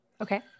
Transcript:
Okay